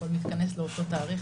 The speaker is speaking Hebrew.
הכול מתכנס לאותו תאריך.